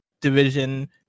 division